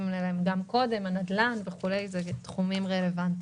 עליהם קודם: הנדל"ן וכולי ותחומים רלוונטיים.